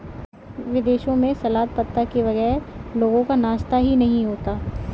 विदेशों में सलाद पत्ता के बगैर लोगों का नाश्ता ही नहीं होता